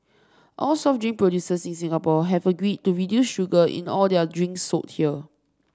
all soft drink producers in Singapore have agreed to reduce sugar in all their drinks sold here